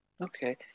Okay